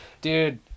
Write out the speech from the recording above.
Dude